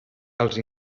els